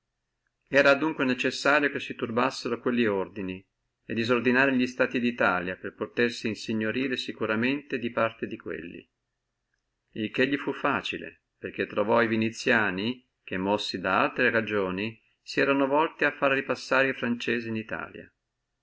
era adunque necessario si turbassino quelli ordini e disordinare li stati di coloro per potersi insignorire securamente di parte di quelli il che li fu facile perché trovò viniziani che mossi da altre cagioni si eron volti a fare ripassare franzesi in italia